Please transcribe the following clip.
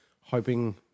hoping –